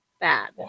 bad